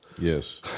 Yes